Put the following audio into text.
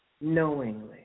knowingly